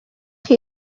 chi